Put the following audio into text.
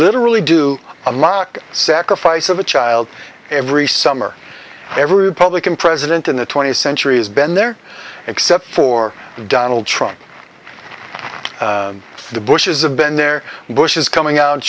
literally do a mock sacrifice of a child every summer every republican president in the twentieth century has been there except for donald trump the bush's have been there bush is coming out